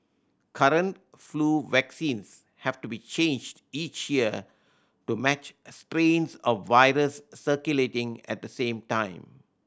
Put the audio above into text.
current flu vaccines have to be changed each year to match strains of virus circulating at the same time